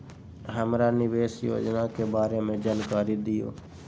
हमरा निवेस योजना के बारे में जानकारी दीउ?